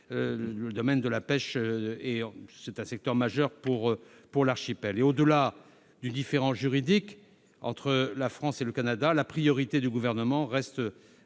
le domaine de la pêche pour l'archipel. Au-delà du différend juridique entre la France et le Canada, la priorité du Gouvernement reste